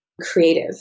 creative